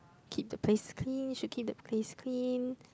keep the place clean should keep the place clean